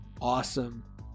awesome